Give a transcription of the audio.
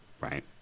right